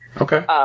Okay